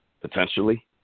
potentially